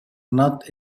not